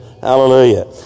hallelujah